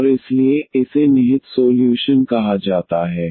और इसलिए इसे निहित सोल्यूशन कहा जाता है